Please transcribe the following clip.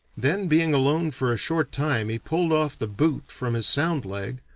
then being alone for a short time he pulled off the boot from his sound leg,